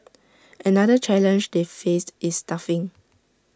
another challenge they faced is staffing